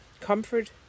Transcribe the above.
comfort